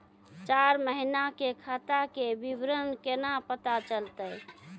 चार महिना के खाता के विवरण केना पता चलतै?